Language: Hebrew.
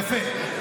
יפה.